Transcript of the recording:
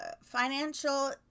financial